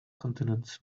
continents